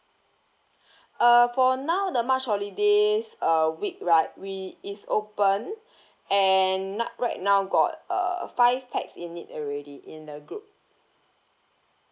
uh for now the march holidays uh week right we is open and now right now got uh five pax in it already in the group